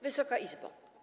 Wysoka Izbo!